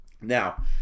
Now